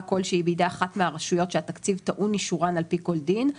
כלשהי בידי אחת מהרשויות שהתקציב טעון אישורן על פי כל דין,